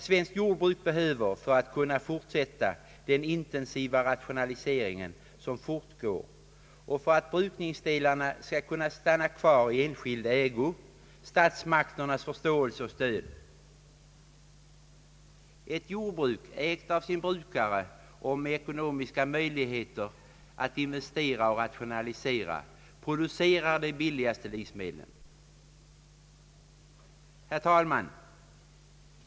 Svenskt jordbruk behöver för att kunna fortsätta den intensiva rationalisering som fortgår och för att brukningsdelarna skall kunna stanna kvar i enskild ägo statsmakternas förståelse och stöd. Ett jordbruk, ägt av sin brukare och med ekonomiska möjligheter att investera och rationalisera, producerar de billigaste livsmedlen. Herr talman!